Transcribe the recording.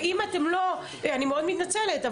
ואני מאוד מתנצלת,